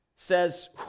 says